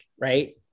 right